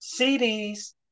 CDs